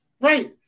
Right